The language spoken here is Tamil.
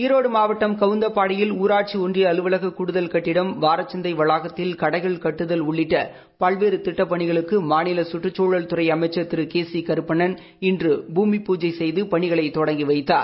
ஈரோடு மாவட்டம் கவுந்தப்பாடியில் ஊராட்சி ஒன்றிய அலுவலக கூடுதல் கட்டிடம் வாரச்சந்தை வளாகத்தில் கடைகள் கட்டுதல் உள்ளிட்ட பல்வேறு திட்டப் பனிகளுக்கு மாநில கற்றுச் சூழல் துறை அளமச்சர் திருகேசி கருப்பண்ணன் இன்று பூமி பூஜை செய்து பணிகளை தொடங்கி வைத்தார்